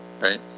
Right